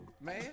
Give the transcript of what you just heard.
Man